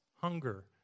hunger